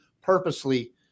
purposely